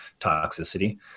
toxicity